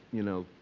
you know,